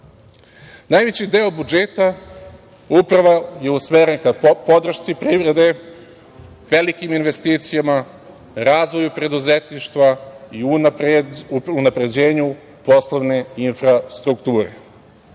značaja. Najveći deo budžeta upravo je usmeren ka podršci privrede, velikim investicijama, razvoju preduzetništva i unapređenju poslovne infrastrukture.